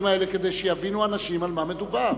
הדברים האלה כדי שיבינו אנשים על מה מדובר.